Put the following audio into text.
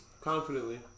Confidently